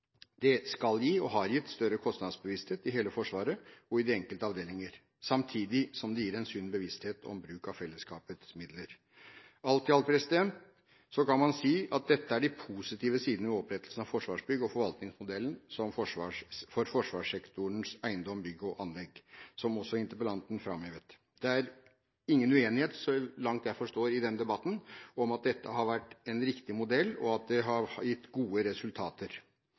Det skal gi og har gitt større kostnadsbevissthet i hele Forsvaret og i de enkelte avdelinger, samtidig som det gir en sunn bevissthet om bruk av fellesskapets midler. Alt i alt kan man si at dette er de positive sidene ved opprettelsen av Forsvarsbygg og forvaltningsmodellen for forsvarssektorens eiendom, bygg og anlegg, som også interpellanten framhevet. Det er ingen uenighet, så langt jeg forstår, i denne debatten om at dette har vært en riktig modell, og at det har gitt gode resultater.